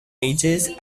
ages